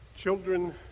Children